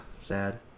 Sad